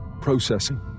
processing